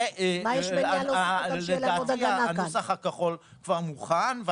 לדעתי, הנוסח הכחול כבר מוכן.